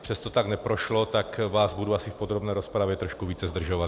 Přesto tak neprošlo, tak vás budu asi v podrobné rozpravě trošku více zdržovat.